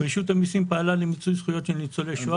רשות המיסים פעלה למיצוי זכויות של ניצולי שואה.